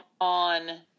on